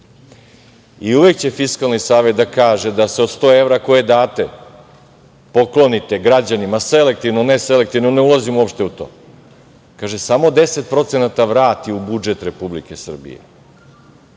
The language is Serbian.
I uvek će Fiskalni savet da kaže da se od 100 evra koje date i poklonite građanima, selektivno, neselektivno, ne ulazim uopšte u to, samo 10% vrati u budžet Republike Srbije.